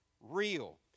real